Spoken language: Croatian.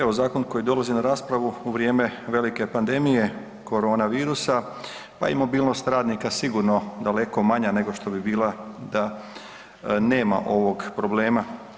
Evo, zakon koji dolazi na raspravu u vrijeme velike pandemije korona virusa pa je i mobilnost radnika sigurno daleko manja nego što bi bila da nema ovog problema.